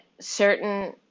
certain